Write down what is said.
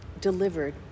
delivered